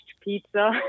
pizza